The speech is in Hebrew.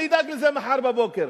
אני אדאג לזה מחר בבוקר.